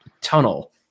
tunnel